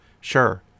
Sure